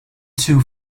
two